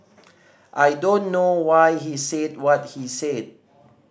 I don't know why he said what he said